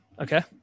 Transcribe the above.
okay